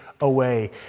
away